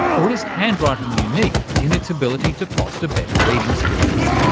or is handwriting unique in its ability to foster better reading skills?